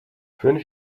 fünf